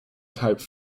type